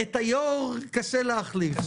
את היושב-ראש קשה להחליף.